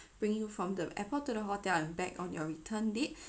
bringing from the airport to the hotel and back on your return date